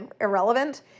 irrelevant